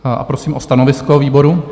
A prosím o stanovisko výboru.